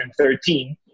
2013